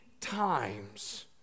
times